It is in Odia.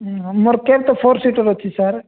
ହୁଁ ମୋର ଫୋର୍ ସିଟ୍ର ଅଛି ସାର୍